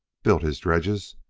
built his dredges,